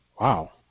Wow